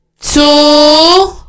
two